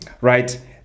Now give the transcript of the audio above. right